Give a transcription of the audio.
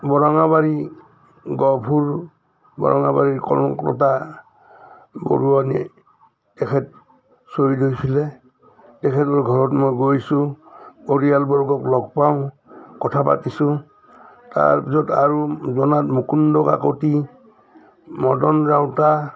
বৰঙাবাৰী গহপুৰ বৰঙাবাৰীৰ কলকতা বৰুৱাণি তেখেত শ্বহীদ হৈছিলে তেখেতৰ ঘৰত মই গৈছোঁ পৰিয়ালবৰ্গক লগ পাওঁ কথা পাতিছোঁ তাৰপিছত আৰু জনাত মুকুণ্ড কাকতি মদন ৰাউতা